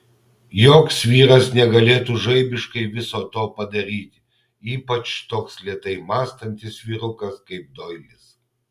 joks vyras negalėtų žaibiškai viso to padaryti ypač toks lėtai mąstantis vyrukas kaip doilis